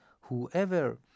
Whoever